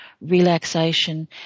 relaxation